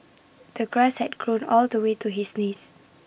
the grass had grown all the way to his knees